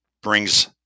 brings